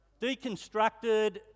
Deconstructed